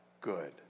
good